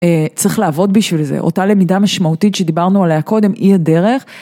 צריך לעבוד בשביל זה אותה למידה משמעותית שדיברנו עליה קודם היא הדרך